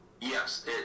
Yes